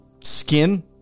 skin